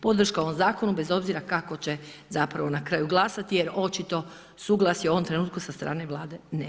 Podrška ovom zakonu bez obzira kako će zapravo na kraju glasati, jer očito suglasje u ovom trenutku sa strane Vlade nema.